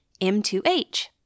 m2h